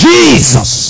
Jesus